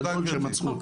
גדול שהם עצרו אותו.